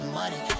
money